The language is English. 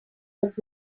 was